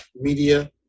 media